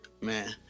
Man